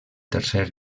tercer